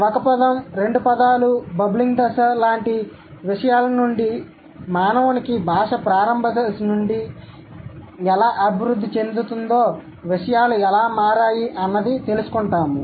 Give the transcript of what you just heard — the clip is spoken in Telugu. ఒక పదం రెండు పదాలు బబ్లింగ్ దశ లాంటి విషయాల నుండి మానవునికి భాష ప్రారంభ దశ నుండి ఎలా అభివృద్ధి చెందుతుందో విషయాలు ఎలా మారాయి అన్నది తెలుసుకుంటాము